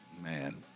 Man